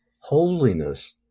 Holiness